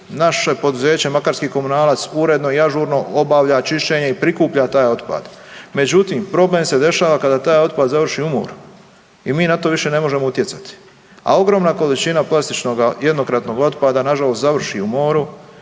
Naše poduzeće Makarski komunalac, uredno i ažurno obavlja čišćenje i prikuplja taj otpad. Međutim problem se dešava kada taj otpad završi u moru. I mi na to više ne možemo utjecati, a ogromna količina plastičnoga jednokratnog otpada nažalost završi u moru